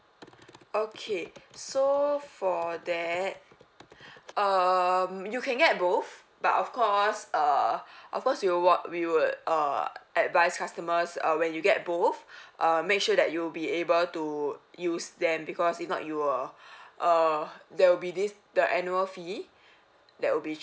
okay so for that um you can get both but of course err of course you will wa~ we would err advice customers uh when you get both err make sure that you'll be able to use them because if not you will uh there will be this the annual fee that will be